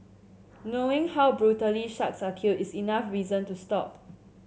knowing how brutally sharks are killed is enough reason to stop